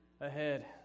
ahead